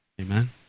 Amen